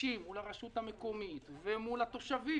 מתישים מול הרשות המקומית ומול התושבים,